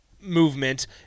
movement